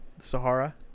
Sahara